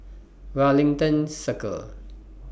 Wellington Circle